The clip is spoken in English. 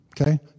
Okay